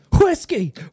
Whiskey